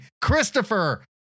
Christopher